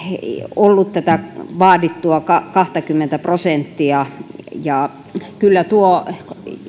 ollut tätä vaadittua kahtakymmentä prosenttia ja kyllä tuo